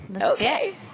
Okay